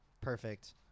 Perfect